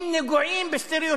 יש הליך פלילי, יש דיני